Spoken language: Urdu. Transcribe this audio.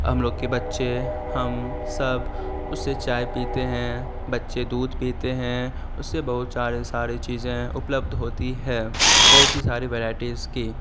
ہم لوگ کے بچے ہم سب اس سے چائے پیتے ہیں بچے دودھ پیتے ہیں اس سے بہت ساری چیزیں اپلبدھ ہوتی ہے بہت ہی ساری ویرائٹیز کی